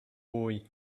boy